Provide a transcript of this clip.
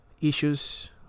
issues